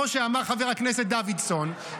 כמו שאמר חבר הכנסת דוידסון,